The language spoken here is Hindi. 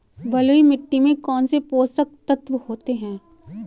बलुई मिट्टी में कौनसे पोषक तत्व होते हैं?